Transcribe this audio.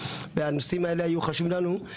והנושאים היו האלה היו חשובים לנו,